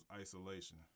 isolation